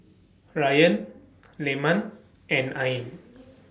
Ryan Leman and Ain